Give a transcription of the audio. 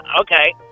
okay